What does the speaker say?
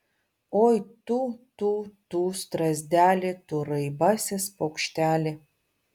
oi tu tu tu strazdeli tu raibasis paukšteli